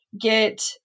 get